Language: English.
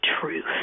truth